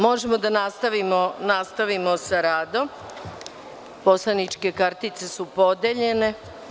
Možemo da nastavimo sa radom, poslaničke kartice su podeljene.